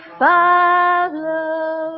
follow